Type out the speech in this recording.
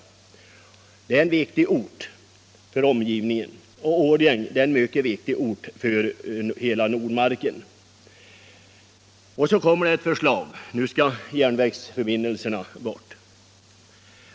Filipstad är en viktig ort för omgivningen, och Årjäng är en viktig ort för hela Nordmarken. Och så kommer det här förslaget att järnvägsförbindelserna skall bort!